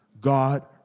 God